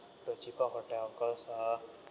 to a cheaper hotel cause uh